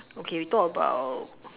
okay we talk about